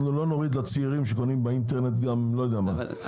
אנחנו לא נוריד לצעירים שקונים באינטרנט גם אם לא יודע מה.